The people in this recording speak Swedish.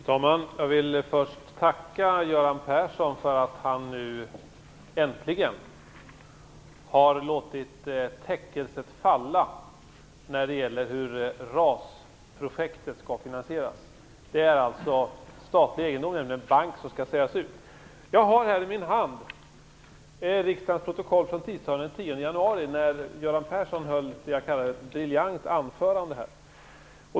Fru talman! Jag vill först tacka Göran Persson för att han nu äntligen har låtit täckelset falla när det gäller hur RAS-projektet skall finansieras. Det är alltså statlig egendom, nämligen en bank, som skall säljas ut. Jag har här i min hand riksdagens protokoll från den 10 januari, när Göran Persson höll vad jag kallar ett briljant anförande.